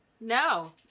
No